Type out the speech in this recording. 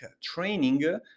training